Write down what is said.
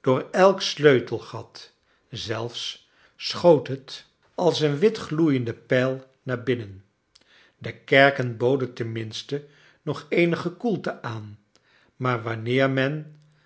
door elk sleutelgat zelfs schoot het als een wit gloeiende pijl naar binnen de kerken boden tenminste nog eenige koelte aan maar wanncer men